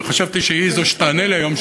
וחשבתי שהיא זו שתענה לי היום,